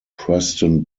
preston